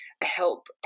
help